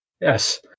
Yes